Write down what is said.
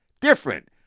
different